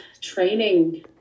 training